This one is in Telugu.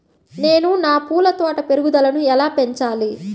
నేను నా పూల తోట పెరుగుదలను ఎలా పెంచాలి?